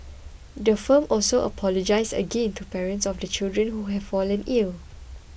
the firm also apologised again to parents of the children who have fallen ill